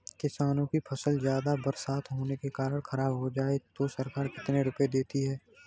किसानों की फसल ज्यादा बरसात होने के कारण खराब हो जाए तो सरकार कितने रुपये देती है?